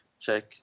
check